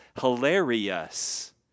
hilarious